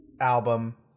album